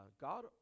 God